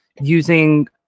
using